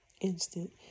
instant